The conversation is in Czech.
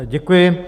Děkuji.